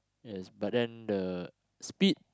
yes but then the speed